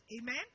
Amen